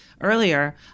earlier